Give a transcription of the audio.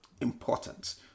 important